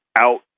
out